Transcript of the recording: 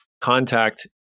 contact